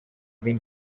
been